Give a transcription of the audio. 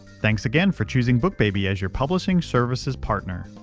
thanks again for choosing bookbaby as your publishing services partner.